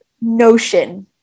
Notion